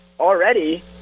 already